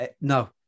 no